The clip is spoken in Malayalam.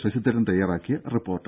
ശശിധരൻ തയ്യാറാക്കിയ റിപ്പോർട്ട്